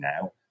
now